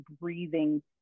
breathing